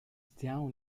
down